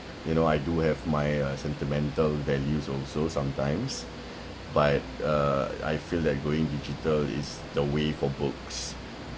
you know I do have my uh sentimental values also sometimes but uh I feel that going digital is the way for books